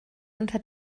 unter